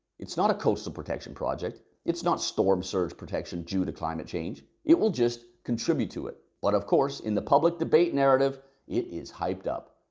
it's not a coastal protection project. it's not storm surge protection due to climate change. it will just contribute to it, but of course in the public debate narrative it is hyped up.